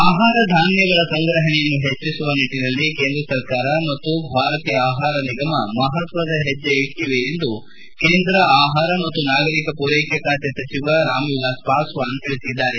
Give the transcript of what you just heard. ಆಹಾರ ಧಾನ್ವಗಳ ಸಂಗ್ರಹಣೆಯನ್ನು ಹೆಚ್ಚಿಸುವ ನಿಟ್ಟನಲ್ಲಿ ಕೇಂದ್ರ ಸರ್ಕಾರ ಮತ್ತು ಭಾರತೀಯ ಆಹಾರ ನಿಗಮ ಮಹತ್ತದ ಹೆಜ್ಜೆ ಇಟ್ಲದೆ ಎಂದು ಕೇಂದ್ರ ಆಹಾರ ಮತ್ತು ನಾಗರಿಕ ಪೂರೈಕೆ ಖಾತೆ ಸಚಿವ ರಾಮ್ ವಿಲಾಸ್ ಪಾಸ್ಟಾನ್ ತಿಳಿಸಿದ್ದಾರೆ